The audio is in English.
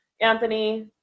Anthony